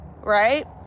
right